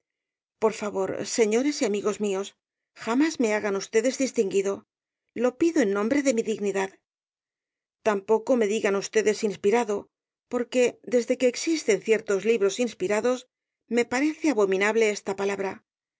por favor señores y amigos míos jamás me hagan ustedes distinguido lo pido en nombre de mi dignidad tampoco me digan ustedes inspirado porque desde que existen ciertos libros inspirados me parece abominable esta palabra